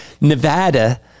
Nevada